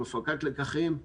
הפקת לקחים,